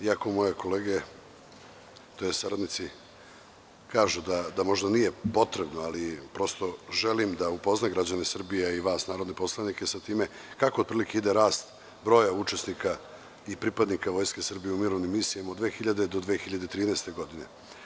Iako moje kolege, to jest saradnici kažu da možda nije potrebno, ali prosto želim da upoznam građane Srbije, a i vas, narodne poslanike, sa time kako otprilike ide rast broja učesnika i pripadnika Vojske Srbije u mirovnim misijama od 2000. do 2013. godine.